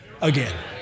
again